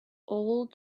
old